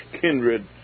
kindred